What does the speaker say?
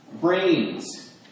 brains